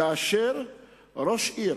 כאשר ראש עיר